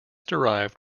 derived